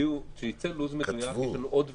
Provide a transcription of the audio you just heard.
אם אנחנו מדברים על הגבלת מספר העובדים בחוק